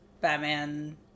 Batman